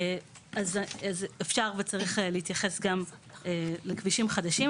אז אפשר ולהתייחס גם לכבישים חדשים.